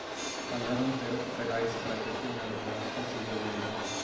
अंधाधुंध पेड़ों की कटाई से प्रकृति में अव्यवस्था सी हो गईल हई